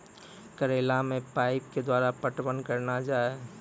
करेला मे पाइप के द्वारा पटवन करना जाए?